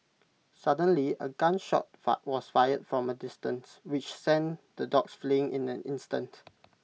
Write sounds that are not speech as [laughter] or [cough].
suddenly A gun shot [noise] was fired from A distance which sent the dogs fleeing in an instant